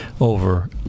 over